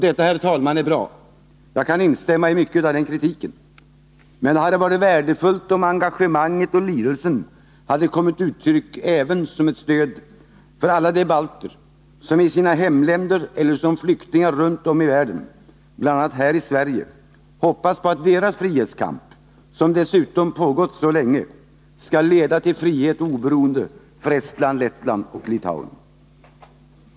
Detta, herr talman, är bra, och jag kan instämma i mycket av kritiken, men det hade varit värdefullt om engagemanget och lidelsen också hade kommit till uttryck som ett stöd för alla de balter som i sina hemländer eller som flyktingar runt om i världen — bl.a. här i Sverige — hoppas att deras frihetskamp, som dessutom pågått så länge, skall leda till frihet och oberoende för Estland, Lettland och Litauen.